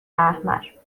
احمر